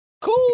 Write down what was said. Cool